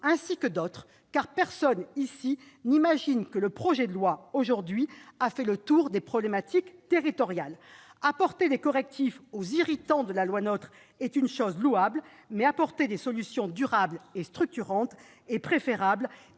ainsi que d'autres, car personne ici n'imagine que le présent projet de loi a permis de faire le tour des problématiques territoriales. Apporter des correctifs aux irritants de la loi NOTRe est louable, mais apporter des solutions durables et structurantes est préférable